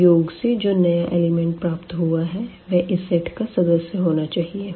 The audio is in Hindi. इस योग से जो नया एलिमेंट प्राप्त हुआ है वह इस सेट का सदस्य होना चाहिए